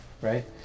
right